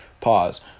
pause